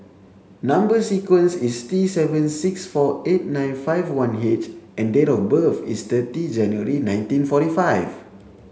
number sequence is T seven six four eight nine five one H and date of birth is thirty January nineteen forty five